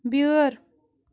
بؠٲرۍ